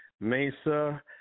Mesa